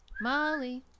Molly